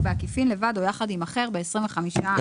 בעקיפין לבד או יחד עם אחר ב-25% לפחות.